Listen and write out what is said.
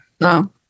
No